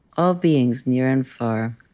all beings near and far,